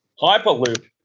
Hyperloop